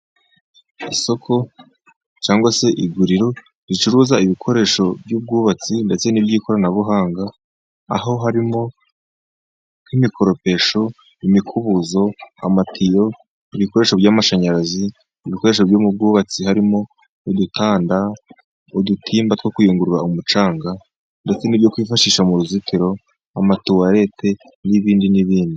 Isoko cyangwa se iguriro ricuruza ibikoresho by'ubwubatsi ndetse n'iby'ikoranabuhanga, aho harimo: nk'imikoropesho, imikubuzo, amatiyo, ibikoresho by'amashanyarazi. Ibikoresho byo mu bwubatsi harimo: udutanda, udutimba two kuyungurura umucanga, ndetse n'ibyo kwifashisha mu ruzitiro, amatoyirete, n'ibindi n'ibindi.